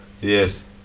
Yes